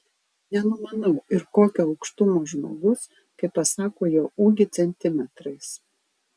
nenumanau ir kokio aukštumo žmogus kai pasako jo ūgį centimetrais